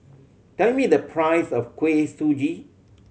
tell me the price of Kuih Suji